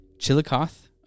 Chillicothe